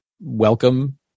welcome